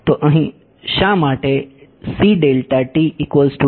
તો અહીં શા માટે સેટ કરી શકતા નથી